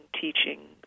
teaching